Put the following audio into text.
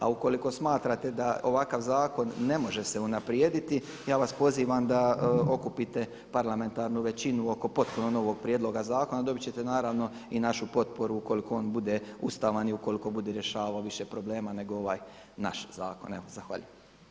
A ukoliko smatrate da ovakav zakon ne može se unaprijediti ja vas pozivam da okupite parlamentarnu većinu oko potpuno novog prijedloga zakona, dobit ćete naravno i našu potporu ukoliko on bude ustavan i ukoliko bude rješavao više problema nego ovaj naš zakon.